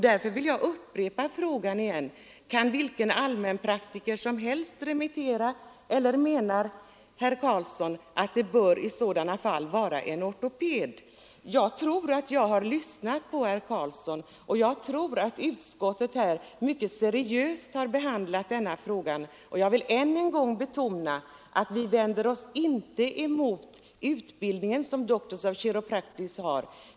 Därför vill jag upprepa frågan: Kan vilken allmänpraktiker som helst remittera, eller menar herr Carlsson att det i sådana fall bör vara en ortoped? Jag har lyssnat på herr Carlsson, jag tror att utskottet mycket seriöst har behandlat denna fråga och jag vill än en gång betona att vi vänder oss inte emot den utbildning som Doctors of Chiropractic har.